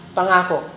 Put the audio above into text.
Pangako